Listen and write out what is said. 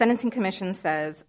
sentencing commission says